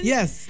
Yes